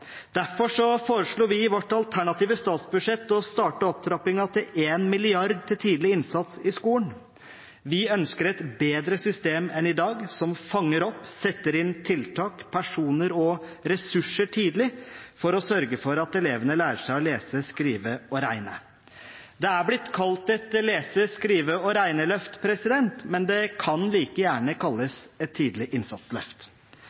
Derfor foreslo vi i vårt alternative statsbudsjett å starte opptrappingen til 1 mrd. kr til tidlig innsats i skolen. Vi ønsker et bedre system enn i dag, som fanger opp, og som setter inn tiltak, personer og ressurser tidlig for å sørge for at elevene lærer seg å lese, skrive og regne. Det er blitt kalt et «lese-, skrive- og regneløft», men det kan like gjerne kalles et